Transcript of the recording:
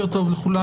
לכולם.